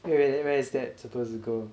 err wait where is that supposed to go